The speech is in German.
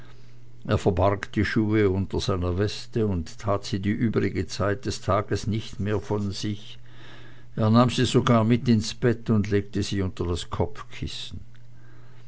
er verbarg die schuhe unter seiner weste und tat sie die übrige zeit des tages nicht mehr von sich er nahm sie sogar mit ins bett und legte sie unter das kopfkissen